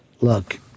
Look